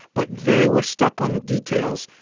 but they were stuck on the details.